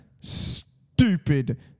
stupid